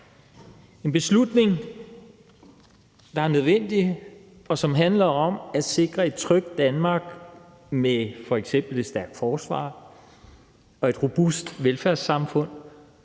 en beslutning, der er nødvendig, og som handler om at sikre et trygt Danmark med f.eks. et stærkt forsvar og et robust velfærdssamfund,